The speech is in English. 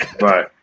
Right